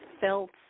felt